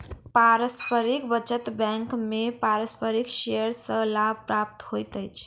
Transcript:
पारस्परिक बचत बैंक में पारस्परिक शेयर सॅ लाभ प्राप्त होइत अछि